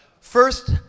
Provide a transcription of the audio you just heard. First